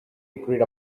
agreed